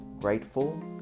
grateful